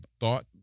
thought